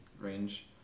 range